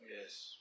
yes